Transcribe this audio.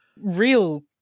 real